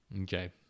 okay